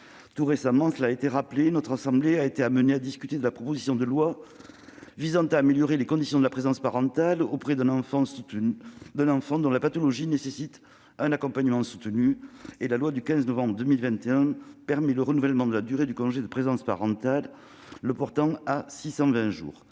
Tout récemment, cela a été rappelé, notre assemblée a été amenée à discuter de la proposition de loi visant à améliorer les conditions de présence parentale auprès d'un enfant dont la pathologie nécessite un accompagnement soutenu. Promulguée le 16 novembre 2021, cette loi permet le renouvellement de la durée du congé de présence parentale, qui peut être portée à 620 jours